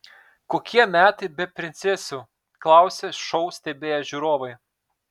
kokie metai be princesių klausė šou stebėję žiūrovai